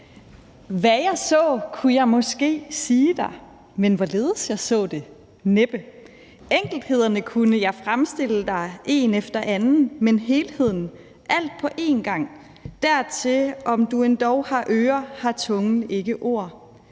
»Hvad jeg saae kunde jeg maaskee sige Dig; men hvorledes jeg saae det? Neppe! - Enkelthederne kunde jeg fremstille Dig een efter en anden, men Heelheden - alt paa eengang? - dertil - om "Du endog har Øre, har Tungen ikke Ord."